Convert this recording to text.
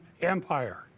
Empire